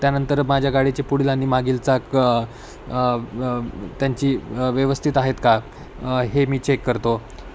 त्यानंतर माझ्या गाडीचे पुढील आणि मागील चाक त्यांचीव्यवस्थित आहेत का हे मी चेक करतो